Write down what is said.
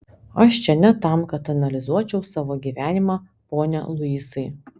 aš čia ne tam kad analizuočiau savo gyvenimą pone luisai